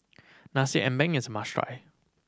Nasi Ambeng is must try